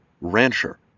rancher